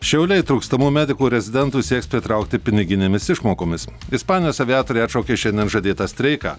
šiauliai trūkstamų medikų rezidentų sieks pritraukti piniginėmis išmokomis ispanijos aviatoriai atšaukė šiandien žadėtą streiką